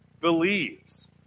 believes